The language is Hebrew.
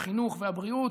החינוך והבריאות,